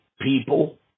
people